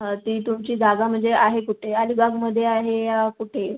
हं ती तुमची जागा म्हणजे आहे कुठे अलिबागमध्ये आहे या कुठे